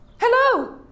Hello